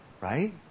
right